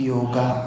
Yoga